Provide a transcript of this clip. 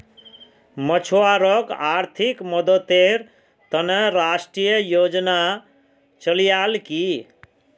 मछुवारॉक आर्थिक मददेर त न राष्ट्रीय योजना चलैयाल की